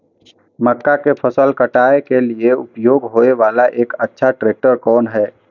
मक्का के फसल काटय के लिए उपयोग होय वाला एक अच्छा ट्रैक्टर कोन हय?